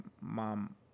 mom